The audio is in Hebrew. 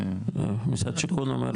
משרד שיכון אומר לא.